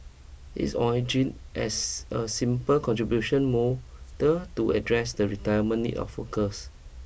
it originated as a simple contribution model to address the retirement need of workers